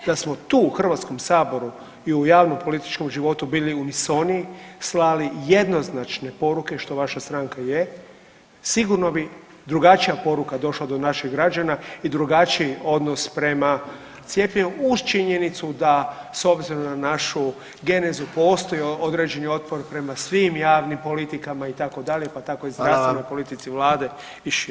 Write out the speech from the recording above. Da smo tu u Hrvatskom saboru i u javnom političkom životu bili unisoniji, slali jednoznačne poruke što vaša stranka je sigurno bi drugačija poruka došla do naših građana i drugačiji odnos prema cijepljenju uz činjenicu da s obzirom na našu genezu postoji određeni otpor prema svim javnim politikama itd. pa tako i zdravstvenoj politici Vlade i šire.